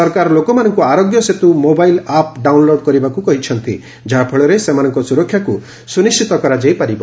ସରକାର ଲୋକମାନଙ୍କୁ Aarogya Setu mobile app download କରିବାକୁ କହିଛନ୍ତି ଯାହାଫଳରେ ସେମାନଙ୍କର ସୁରକ୍ଷାକୁ ସୁନିଣ୍ଟିତ କରାଯାଇ ପାରିବ